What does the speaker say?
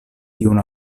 tiun